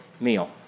meal